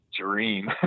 dream